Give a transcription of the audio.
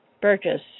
Burgess